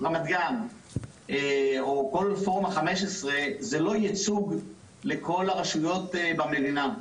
רמת גן או כל פורום ה-15 זה לא ייצוג לכל הרשויות במדינה.